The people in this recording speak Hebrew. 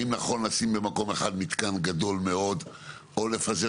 האם נכון לשים במקום אחד מתקן גדול מאוד או לפזר